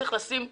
צריך לשים סטופ.